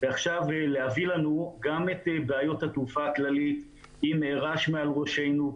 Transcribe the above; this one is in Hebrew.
ועכשיו להביא לנו גם את בעיות התעופה הכללית עם רעש מעל ראשינו,